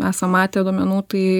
esam matę duomenų tai